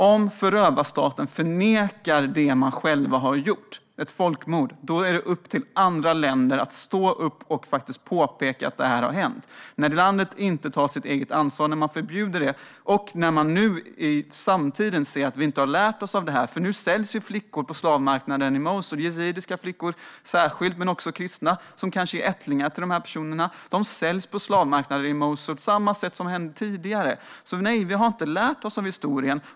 Om förövarstaten förnekar det den har gjort, ett folkmord, är det upp till andra länder att stå upp och påpeka att det har hänt. Landet tar inte sitt eget ansvar. Man förbjuder tal om folkmordet och har inte lärt sig av det nu, i samtiden. Nu säljs flickor på slavmarknaden i Mosul. Särskilt yazidiska flickor, men kanske också kristna, som kanske är ättlingar till de här personerna, säljs på slavmarknaden i Mosul, på samma sätt som tidigare. Nej, vi har inte lärt oss av historien.